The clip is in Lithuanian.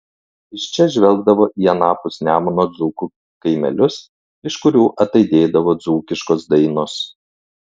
iš čia žvelgdavo į anapus nemuno dzūkų kaimelius iš kurių ataidėdavo dzūkiškos dainos